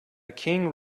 king